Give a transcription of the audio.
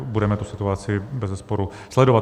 Budeme tu situaci bezesporu sledovat.